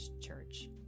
Church